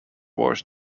worse